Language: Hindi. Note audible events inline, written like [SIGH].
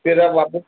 [UNINTELLIGIBLE]